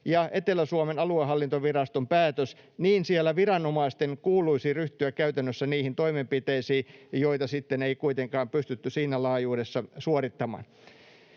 ja Etelä-Suomen aluehallintoviraston päätös, kun siellä viranomaisten kuuluisi ryhtyä käytännössä niihin toimenpiteisiin, joita sitten ei kuitenkaan pystytty siinä laajuudessa suorittamaan.